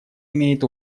имеет